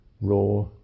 raw